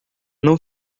não